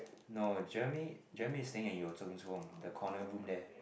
no Jeremy Jeremy is staying at room the corner room there